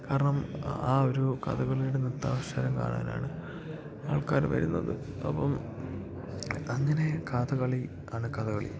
കാരണം ആ ഒരു കഥകളിയുടെ നൃത്താവിഷ്ക്കാരം കാണാനാണ് ആൾക്കാർ വരുന്നത് അപ്പം അങ്ങനെ കഥകളി ആണ് കഥകളി